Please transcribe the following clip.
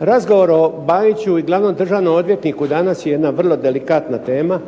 Razgovor o Bajiću i glavnom državnom odvjetniku danas je jedna vrlo delikatna tema